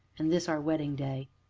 and this our wedding-day!